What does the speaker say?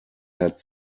had